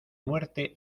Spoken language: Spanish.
muerte